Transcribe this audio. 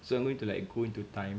so I'm going to like go into time